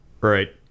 Right